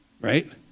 right